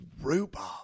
rhubarb